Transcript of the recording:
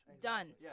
Done